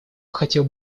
хотел